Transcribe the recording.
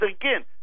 again